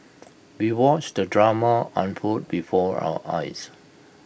we watched the drama unfold before our eyes